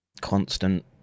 constant